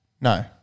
no